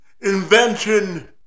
Invention